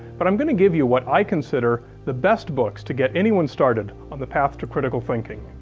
but i'm going to give you what i consider the best books to get anyone started on the path to critical thinking.